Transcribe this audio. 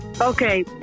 Okay